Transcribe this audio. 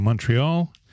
Montreal